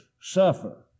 suffer